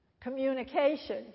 communication